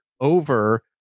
over